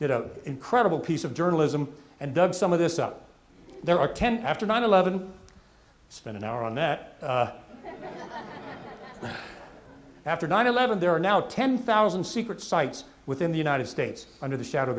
did an incredible piece of journalism and done some of this up there are ten after nine eleven spent an hour on that after nine eleven there are now ten thousand secret sites within the united states under the shadow